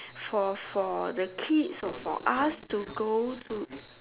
for for the kids or for us to go to